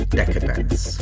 decadence